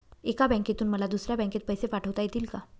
एका बँकेतून मला दुसऱ्या बँकेत पैसे पाठवता येतील का?